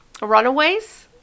Runaways